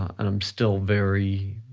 and i'm still very